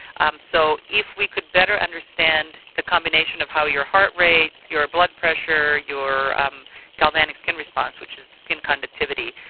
um so if we could better understand the combination of how your heart rate, your blood pleasure, your um galvanic skin response which is skin conductivity,